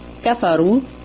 kafaru